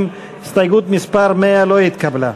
לא נתקבלה.